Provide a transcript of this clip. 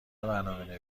برنامه